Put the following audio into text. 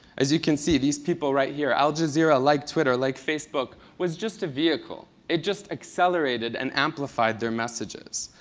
as you can see, these people right here, al jazeera, like twitter, like facebook, was just a vehicle. it just accelerated and amplified their messages.